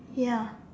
ya